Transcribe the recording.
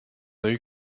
eut